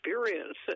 experience